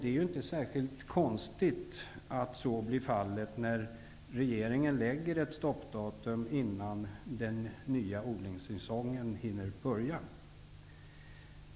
Det är inte särskilt konstigt att så blir fallet, när regeringen sätter stoppdatum till en tidpunkt då den nya odlingssäsongen inte hunnit börja.